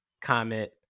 comment